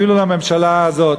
אפילו לממשלה הזאת.